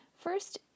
First